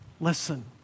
Listen